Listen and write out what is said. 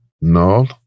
no